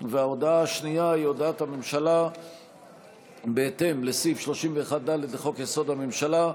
וההודעה השנייה היא הודעת הממשלה בהתאם לסעיף 31(ד) לחוק-יסוד: הממשלה,